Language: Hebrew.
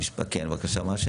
כן, בבקשה.